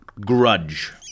Grudge